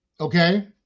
Okay